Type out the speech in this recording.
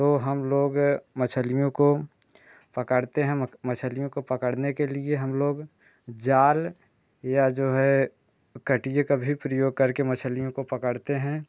तो हम लोग मच्छलियों को पकड़ते हैं मक मच्छलियों को पकड़ने के लिए हम लोग जाल या जो है कटिए का भी प्रयोग करके मच्छलियों को पकड़ते हैं